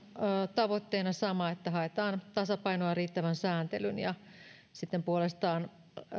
tavoitteena sama että haetaan tasapainoa riittävän sääntelyn ja puolestaan